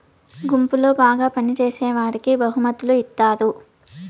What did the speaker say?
గుంపులో బాగా పని చేసేవాడికి బహుమతులు ఇత్తారు